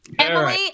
Emily